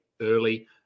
early